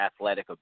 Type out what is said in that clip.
athletic